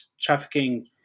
trafficking